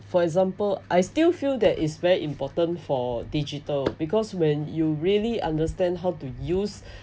for example I still feel that is very important for digital because when you really understand how to use